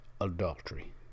adultery